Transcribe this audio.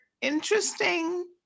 interesting